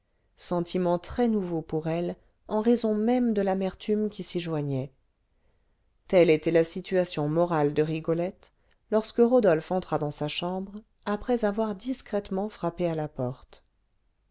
sentiment très nouveau pour elle en raison même de l'amertume qui s'y joignait telle était la situation morale de rigolette lorsque rodolphe entra dans sa chambre après avoir discrètement frappé à la porte